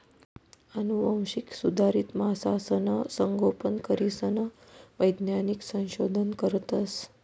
आनुवांशिक सुधारित मासासनं संगोपन करीसन वैज्ञानिक संशोधन करतस